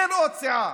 אין עוד סיעה,